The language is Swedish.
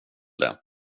det